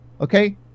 okay